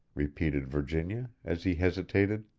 repeated virginia, as he hesitated.